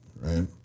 right